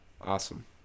awesome